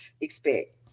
expect